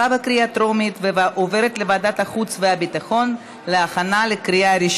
לוועדת החוץ והביטחון נתקבלה.